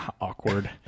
awkward